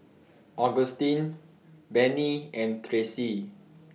Augustine Benny and Tressie